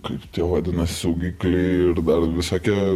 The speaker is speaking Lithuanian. kaip vadinasi saugikliai ir dar visokie